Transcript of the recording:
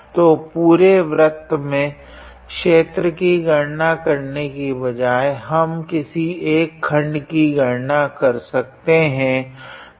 तो पुरे वृत्त में क्षेत्र की गणना करने की बजाए हम किसी एक खंड में गणना कर सकते है